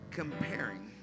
comparing